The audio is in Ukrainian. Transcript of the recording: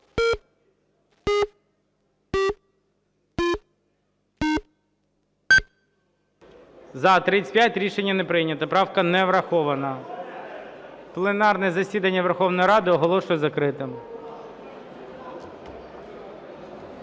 За-35 Рішення не прийнято. Правка не врахована. Пленарне засідання Верховної Ради оголошую закритим.